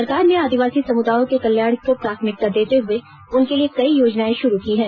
सरकार ने आदिवासी समुदायों के कल्याण को प्राथमिकता देते हुए उनके लिए कई योजनाऐं शुरू की हैं